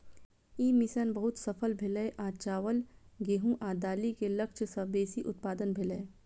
ई mission बहुत सफल भेलै आ चावल, गेहूं आ दालि के लक्ष्य सं बेसी उत्पादन भेलै